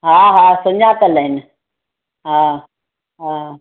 हा हा सुञातल आहिनि हा हा